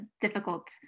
difficult